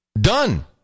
Done